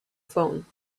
phone